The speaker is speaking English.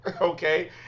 Okay